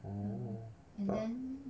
oo but